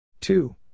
Two